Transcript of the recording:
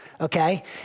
Okay